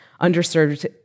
underserved